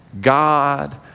God